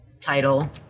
title